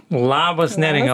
labas neringa